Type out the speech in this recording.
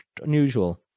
unusual